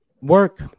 Work